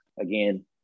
again